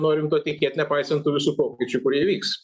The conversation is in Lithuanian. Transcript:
norim tuo tikėt nepaisant tų visų pokyčių kurie įvyks